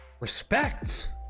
Respect